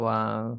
Wow